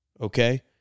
Okay